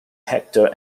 hector